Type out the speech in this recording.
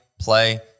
play